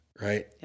Right